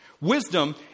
Wisdom